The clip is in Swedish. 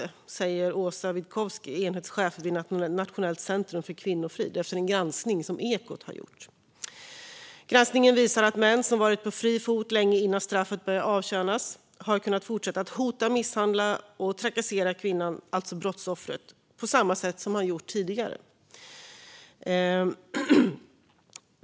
Det säger Åsa Witkowski, enhetschef vid Nationellt centrum för kvinnofrid, efter en granskning som Ekot gjort. Granskningen visar att män som varit på fri fot länge innan straffet börjat avtjänas har kunnat fortsätta hota, misshandla och trakassera kvinnan - alltså brottsoffret - på samma sätt som man gjort tidigare.